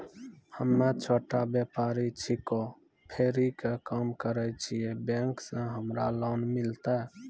हम्मे छोटा व्यपारी छिकौं, फेरी के काम करे छियै, बैंक से हमरा लोन मिलतै?